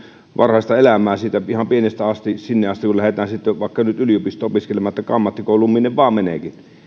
varhaista elämää ihan pienestä asti sinne asti kun lähdetään sitten vaikka nyt yliopistoon opiskelemaan taikka ammattikouluun minne vain mennäänkin